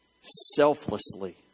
selflessly